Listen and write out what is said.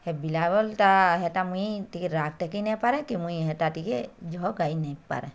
ହେ ବିଲାବଲ୍ଟା ହେଟା ମୁଇଁ ଟିକେ ରାଗ ଟେକି ନା ପାରେ କି ମୁଇଁ ସେଟା ଟିକେ ଯହ ଗାଇ ନାପାରେ